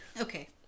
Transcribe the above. Okay